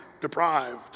Deprived